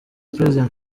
president